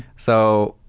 so,